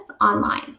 online